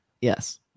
Yes